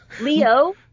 Leo